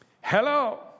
Hello